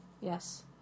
Yes